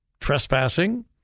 trespassing